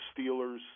Steelers